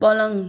पलङ